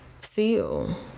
feel